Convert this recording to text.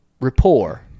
rapport